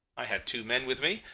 i had two men with me,